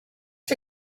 for